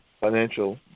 financial